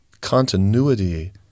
continuity